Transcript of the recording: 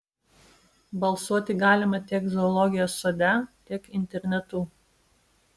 balsuoti galima tiek zoologijos sode tiek internetu